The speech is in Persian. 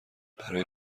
برای